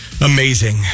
Amazing